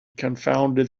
confounded